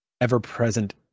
ever-present